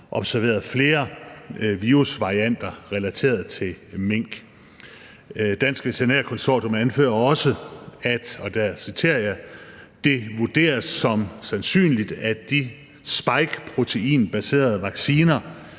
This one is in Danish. observeret flere virusvarianter relateret til mink. Dansk Veterinær Konsortium anfører også, at – og her citerer jeg – det vurderes som sandsynligt, at de spikeproteinbaserede vacciner